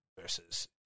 versus